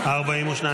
49 לא נתקבלה.